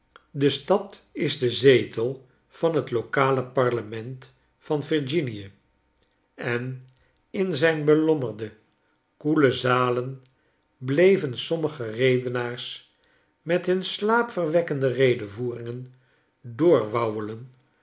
de stad is de zetel van t locale parlement van virginie en in zijn belommerde koele zalen bleven sommige redenaars met hun slaapverwekkende redevoeringen doorwauwelen